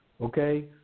okay